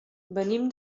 venim